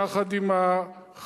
יחד עם החרדים,